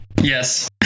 Yes